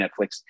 Netflix